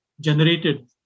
generated